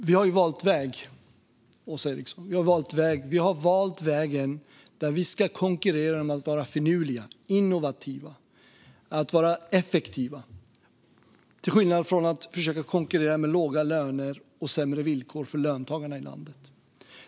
Fru talman! Vi har valt väg, Åsa Eriksson. Vi har valt vägen där vi ska konkurrera genom att vara finurliga, innovativa och effektiva, till skillnad från att försöka konkurrera med låga löner och sämre villkor för löntagarna i landet.